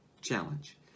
challenge